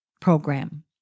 Program